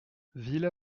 villa